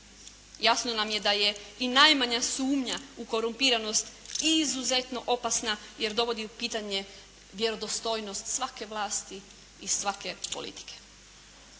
Jasno nam je da je i najmanja sumnja u korumpiranosti i izuzetno opasna jer dovodi u pitanje vjerodostojnost svake vlasti i svake politike.